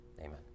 Amen